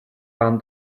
vám